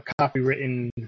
copywritten